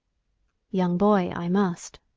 young boy, i must,